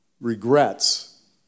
regrets